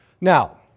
Now